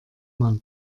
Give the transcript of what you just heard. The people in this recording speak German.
man